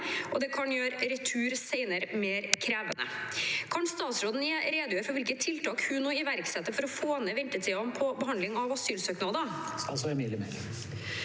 og det kan gjøre retur senere mer krevende. Kan statsråden redegjøre for hvilke konkrete tiltak hun iverksetter for å få ned ventetidene på behandling av asylsøknader?»